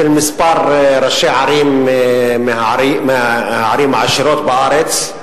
של כמה ראשי ערים מהערים העשירות בארץ,